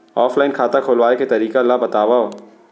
Offline खाता खोलवाय के तरीका ल बतावव?